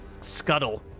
Scuttle